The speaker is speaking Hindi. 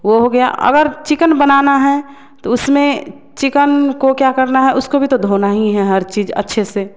वो हो गया अगर चिकन बनाना है तो उसमें चिकन को क्या करना है उसको भी तो धोना ही है हर चीज़ अच्छे से